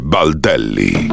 Baldelli